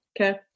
okay